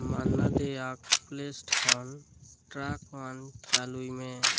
ᱢᱟᱱᱱᱟ ᱫᱮᱭᱟᱜᱽ playlist ᱠᱷᱚᱱ track one ᱪᱟᱹᱞᱩᱭ ᱢᱮ